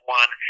one